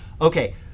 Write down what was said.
Okay